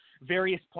various –